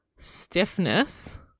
stiffness